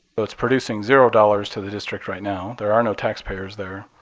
but it's producing zero dollars to the district right now. there are no taxpayers there.